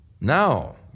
Now